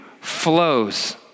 flows